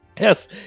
Yes